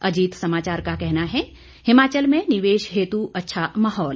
अजीत समाचार का कहना है हिमाचल में निवेश हेतु अच्छा माहौल